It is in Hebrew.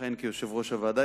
המכהן כיושב-ראש הוועדה,